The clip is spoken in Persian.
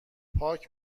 پاک